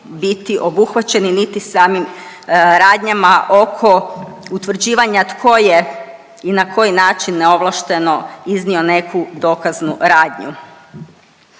biti obuhvaćeni niti samim radnjama oko utvrđivanja tko je i na koji način neovlašteno iznio neku dokaznu radnju.